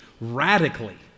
radically